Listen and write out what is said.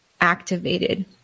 activated